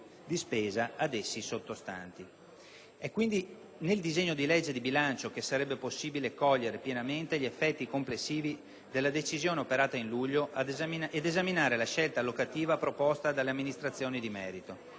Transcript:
È quindi nel disegno di legge di bilancio che sarebbe possibile cogliere pienamente gli effetti complessivi della decisione operata in luglio ed esaminare la scelta allocativa proposta dalle amministrazioni di merito.